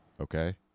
okay